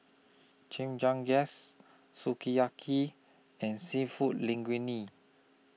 Chimichangas Sukiyaki and Seafood Linguine